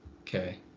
Okay